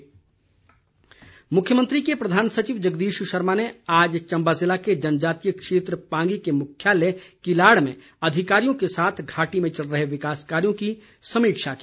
बैठक मुख्यमंत्री के प्रधान सचिव जगदीश शर्मा ने आज चंबा ज़िला के जनजातीय क्षेत्र पांगी के मुख्यालय किलाड़ में अधिकारियों के साथ घाटी में चल रहे विकास कार्यो की समीक्षा की